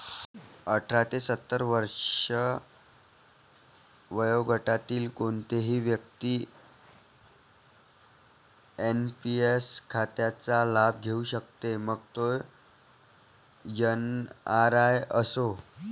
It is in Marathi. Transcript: अठरा ते सत्तर वर्षे वयोगटातील कोणतीही व्यक्ती एन.पी.एस खात्याचा लाभ घेऊ शकते, मग तो एन.आर.आई असो